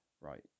Right